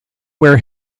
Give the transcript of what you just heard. where